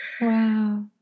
Wow